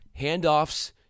handoffs